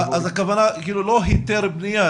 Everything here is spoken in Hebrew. אז הכוונה שלא היתר בנייה,